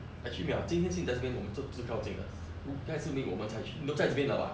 actually 没有 lah 今天 since 你在这边我们住住靠近的 lu~ 该吃面我们才去在这边的 [what]